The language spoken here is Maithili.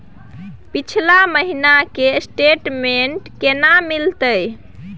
पिछला महीना के स्टेटमेंट केना मिलते?